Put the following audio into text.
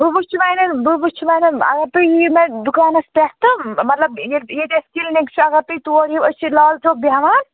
بہٕ وُچھٕ وۅنۍ بہٕ وُچھٕ وۅنۍ اگر تُہۍ یِیِو مےٚ دُکَانَس پٮ۪ٹھ تہٕ مطلب ییٚتہِ ییٚتہِ اَسہِ کِلنِک چھُ اگر تُہۍ تور یِیِو أسۍ چھِ لال چوک بیٚہوان